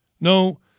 No